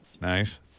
Nice